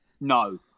no